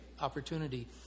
opportunity